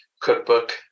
cookbook